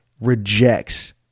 rejects